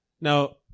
Now